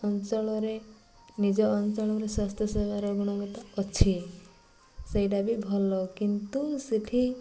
ଅଞ୍ଚଳରେ ନିଜ ଅଞ୍ଚଳର ସ୍ୱାସ୍ଥ୍ୟ ସେବାର ଗୁଣବତା ଅଛି ସେଇଟା ବି ଭଲ କିନ୍ତୁ ସେଠି